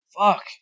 Fuck